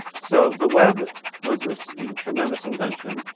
so the web was this, you know, tremendous invention.